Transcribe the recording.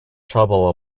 trouble